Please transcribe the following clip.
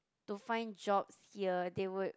to find jobs here they would